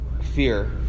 Fear